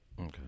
Okay